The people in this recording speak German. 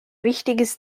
wichtiges